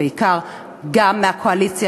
בעיקר מהקואליציה,